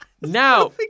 now